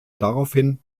daraufhin